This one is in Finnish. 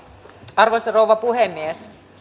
arvoisa rouva puhemies